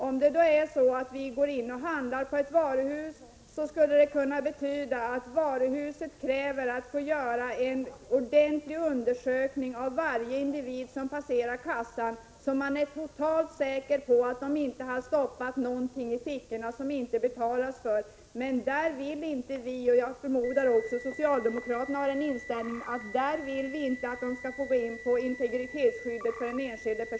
Om vi inte skulle ha ett integritetsskydd skulle varuhusets företrädare kunna få göra en ordentlig undersökning av varje individ som passerar kassan — trots att man är totalt säker på att vederbörande inte har stoppat någonting i fickorna som han eller hon inte har betalat för. Men vi vill inte — och jag förmodar att socialdemokraterna delar den uppfattningen — att varuhusets företrädare skall få kränka den enskildes integritetsskydd.